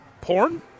porn